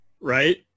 Right